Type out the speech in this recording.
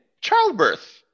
childbirth